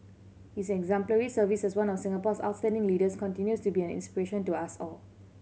his exemplary service as one of Singapore's outstanding leaders continues to be an inspiration to us all